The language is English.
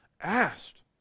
asked